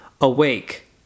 Awake